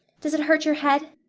does it hurt your head?